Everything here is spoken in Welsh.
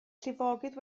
llifogydd